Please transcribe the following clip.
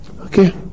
okay